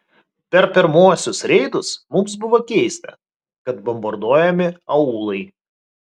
per pirmuosius reidus mums buvo keista kad bombarduojami aūlai